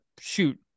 shoot